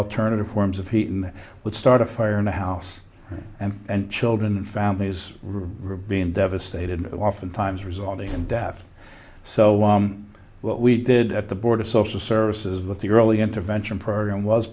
alternative forms of heat and would start a fire in the house and children and families really being devastated oftentimes resulting in death so what we did at the board of social services with the early intervention program was